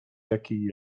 jakiej